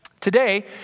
Today